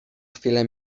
chwilę